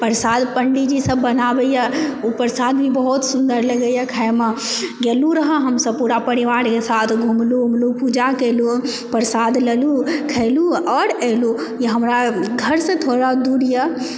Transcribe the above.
परसाद पण्डीजी सब बनाबैए ओ परसाद बहुत सुन्दर लगैए खाएमेगेलहुँ रहय हम सब पूरा परिवारे साथ घुमलहुँ उमलहुँ पूजा कैलहुँ परसाद लेलहुँ खैलहुँ आओर ऐलहुँ हमरा घरसंँ थोड़ा दूर यऽ